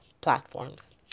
platforms